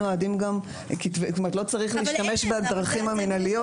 לא צריך להשתמש בדרכים המינהליות.